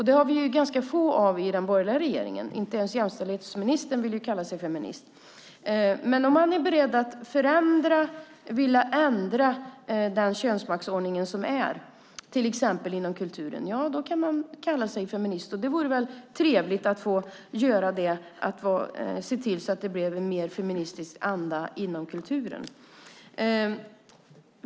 Det har vi ganska få av i den borgerliga regeringen. Inte ens jämställdhetsministern vill kalla sig feminist. Om man är beredd att förändra och vill ändra den könsmaktsordning som finns till exempel inom kulturen kan man kalla sig feminist. Det vore väl trevligt att få göra det och se till att det blir en mer feministisk anda inom kulturen.